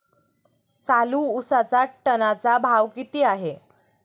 चालू उसाचा टनाचा भाव किती आहे?